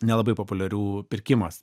nelabai populiarių pirkimas